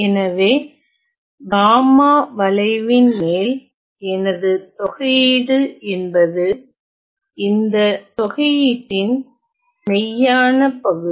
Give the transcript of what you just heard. எனவே காமா வளைவின் மேல் எனது தொகையீடு என்பது இந்த தொகையீட்டின் மெய்யான பகுதி